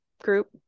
group